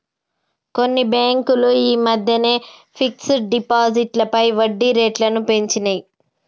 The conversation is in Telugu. కొన్ని బ్యేంకులు యీ మద్దెనే ఫిక్స్డ్ డిపాజిట్లపై వడ్డీరేట్లను పెంచినియ్